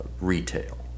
retail